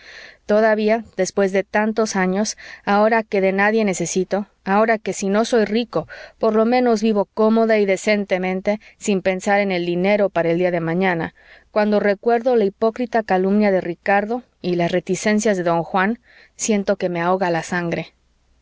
todavía después de tantos años ahora que de nadie necesito ahora que si no soy rico por lo menos vivo cómoda y decentemente sin pensar en el dinero para el día de mañana cuando recuerdo la hipócrita calumnia de ricardo y las reticencias de don juan siento que me ahoga la sangre